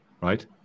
right